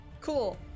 Cool